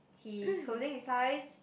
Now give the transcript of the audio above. he holding his size